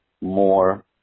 more